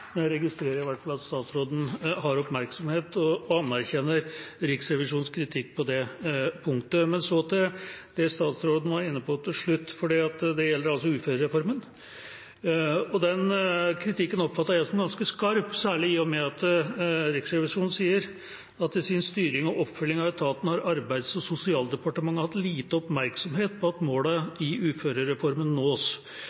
Men jeg registrerer i hvert fall at statsråden har oppmerksomhet på dette og anerkjenner Riksrevisjonens kritikk på det punktet. Så til det som statsråden var inne på til slutt, og det gjelder uførereformen. Den kritikken oppfatter jeg som ganske skarp, særlig når Riksrevisjonen skriver: «I sin styring og oppfølging av etaten har Arbeids- og sosialdepartementet hatt lite oppmerksomhet på at